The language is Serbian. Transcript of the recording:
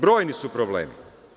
Brojni su problemi.